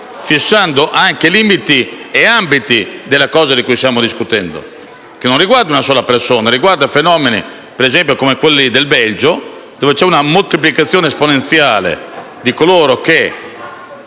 fissando anche limiti e ambiti delle cose di cui stiamo discutendo, che non riguardano una sola persona, ma fenomeni come, per esempio, quelli del Belgio, dove c'è una moltiplicazione esponenziale di coloro che